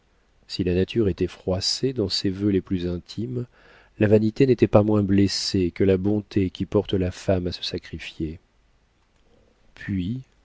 si la nature était froissée dans ses vœux les plus intimes la vanité n'était pas moins blessée que la bonté qui porte la femme à se sacrifier puis